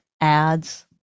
ads